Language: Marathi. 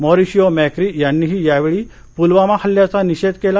मॉरिशिओ मॅक्री यांनीही यावेळी पुलवामा हल्ल्याचा निषेध केला